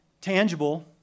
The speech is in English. tangible